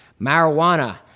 marijuana